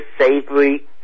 savory